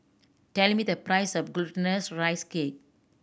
tell me the price of Glutinous Rice Cake